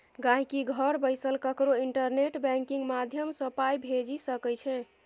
गांहिकी घर बैसल ककरो इंटरनेट बैंकिंग माध्यमसँ पाइ भेजि सकै छै